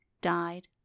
died